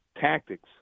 tactics